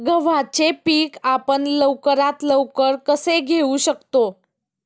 गव्हाचे पीक आपण लवकरात लवकर कसे घेऊ शकतो?